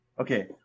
okay